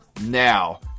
now